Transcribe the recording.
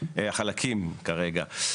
החלקים כרגע,